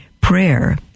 Prayer